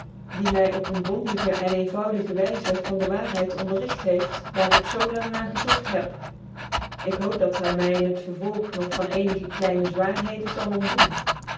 man dtemy op een bondige en eenvoudige wyzc van dc waarheid onderregt heeft daar ik zoo lang na gezocht heb ik hoop dat hy my in liet vervolg noch van ccnigc kleioc zwarigheden zal